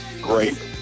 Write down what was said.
great